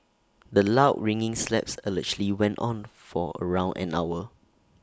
the loud ringing slaps allegedly went on for around an hour